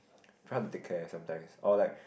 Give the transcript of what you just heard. take care sometimes or like